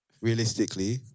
realistically